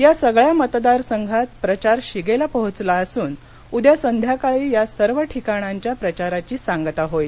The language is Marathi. या सगळ्या मतदार संघात प्रचार शिगेला पोहोचला असून उद्या संध्याकाळी या सर्व ठिकाणांच्या प्रचाराची सांगता होईल